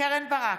קרן ברק,